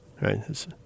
right